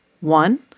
One